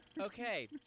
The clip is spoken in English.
Okay